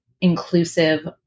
inclusive